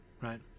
Right